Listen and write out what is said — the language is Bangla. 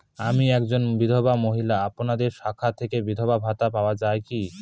আমি একজন বিধবা মহিলা আপনাদের শাখা থেকে বিধবা ভাতা পাওয়া যায় কি?